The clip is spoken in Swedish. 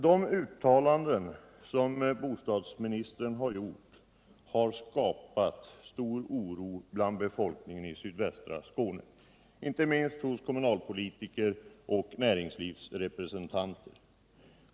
De uttalanden som bostadsministern gjort har skapat stor oro bland befolkningen i sydvästra Skåne, inte minst hos kommunalpolitiker och näringslivsrepresentanter.